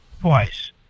twice